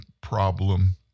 problem